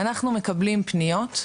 אנחנו מקבלים פניות,